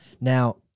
Now